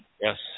Yes